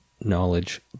knowledge